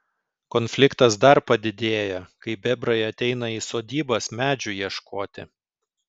konfliktas dar padidėja kai bebrai ateina į sodybas medžių ieškoti